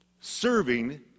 serving